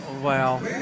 Wow